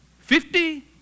fifty